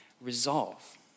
resolve